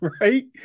right